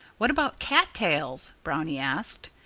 what about cattails? brownie asked.